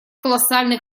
колоссальный